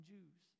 Jews